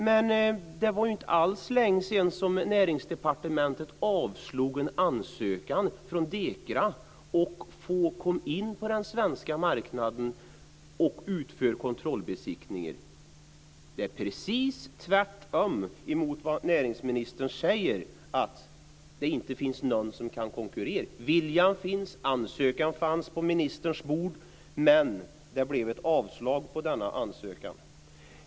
Men det var inte alls länge sedan som Näringsdepartementet avslog en ansökan från Dekra om att få komma in på den svenska marknaden för att utföra kontrollbesiktningar. Det är precis tvärtom mot det som näringsministern säger, att det inte finns någon som kan konkurrera. Viljan finns och ansökan fanns på ministerns bord, men det blev ett avslag på denna ansökan.